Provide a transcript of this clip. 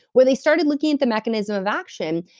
where they started looking at the mechanism of action.